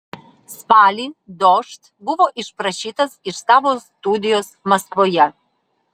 spalį dožd buvo išprašytas iš savo studijos maskvoje